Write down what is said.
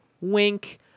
Wink